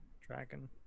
dragon